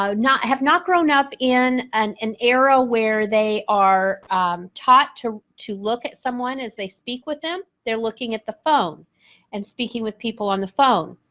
so not have not grown up in an an era where they are taught to to look at someone as they speak with them. they're looking at the phone and speaking with people on the phone.